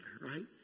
right